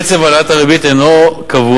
קצב העלאת הריבית אינו קבוע,